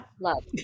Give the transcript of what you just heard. love